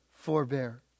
Forbear